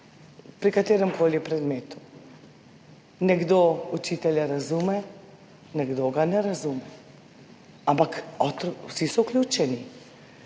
pri katerem koli predmetu, nekdo učitelja razume, nekdo ga ne razume, ampak vsi so vključeni.